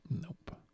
Nope